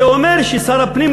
זה אומר ששר הפנים,